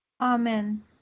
Amen